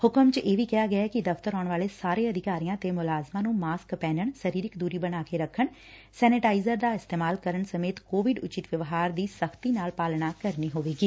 ਹੁਕਮ ਚ ਕਿਹਾ ਗਐ ਕਿ ਦਫ਼ਤਰ ਆਉਣ ਵਾਲੇ ਸਾਰੇ ਅਧਿਕਾਰੀਆਂ ਤੇ ਮੁਲਾਜ਼ਮਾਂ ਨੂੰ ਮਾਸਕ ਪਹਿਨਣ ਸਰੀਰਕ ਦੂਰੀ ਬਣਾ ਕੇ ਰੱਖਣ ਸੈਨੇਟਾਇਜ਼ਰ ਦਾ ਇਸਤੇਮਾਲ ਕਰਨ ਸਮੇਤ ਕੋਵਿਡ ਉਚਿਤ ਵਿਵਹਾਰ ਦੀ ਸਖ਼ਤੀ ਨਾਲ ਪਾਲਣਾ ਕਰਨੀ ਹੋਵੇਗੀ